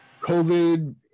COVID